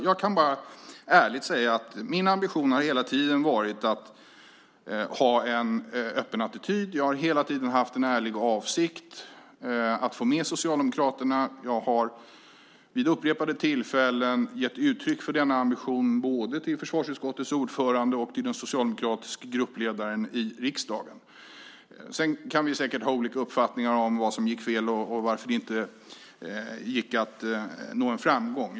Jag kan bara ärligt säga att min ambition hela tiden har varit att ha en öppen attityd. Jag har hela tiden haft en ärlig avsikt att få med Socialdemokraterna. Jag har vid upprepade tillfällen gett uttryck för denna ambition, både till försvarsutskottets ordförande och till den socialdemokratiska gruppledaren i riksdagen. Sedan kan vi säkert ha olika uppfattningar om vad som gick fel och varför det inte gick att nå en framgång.